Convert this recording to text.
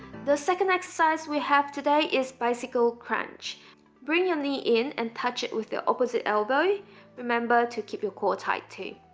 the second exercise we have today is bicycle crunch bring your knee in and touch it with the opposite elbow remember to keep your core tight too